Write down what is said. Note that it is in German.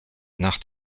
nach